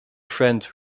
friend